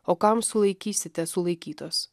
o kam sulaikysite sulaikytos